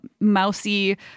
mousy